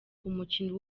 umukinnyi